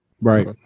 Right